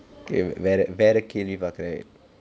okay வேற வேற கேள்வி பார்க்கிறேன்:vera vera kaelvi paarkiren correct